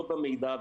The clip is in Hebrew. לא במידע,